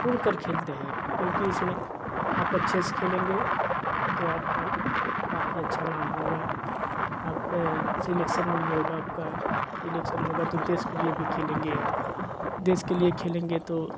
खुल कर खेलते हैं क्योंकि इसमें आप अच्छे से खेलेंगे तो आपका काफी अच्छा नाम होगा आपका सिलेक्शन भी होगा आपका सिलेक्शन होगा तो देश के लिए भी खेलेंगे आप देश के लिए खेलेंगे